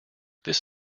this